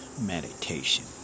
meditation